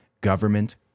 government